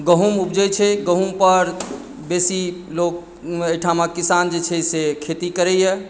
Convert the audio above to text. गहूँम उपजैत छै गहूँमपर बेसी लोक एहिठामक किसान जे छै से खेती करैए